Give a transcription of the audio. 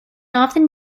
often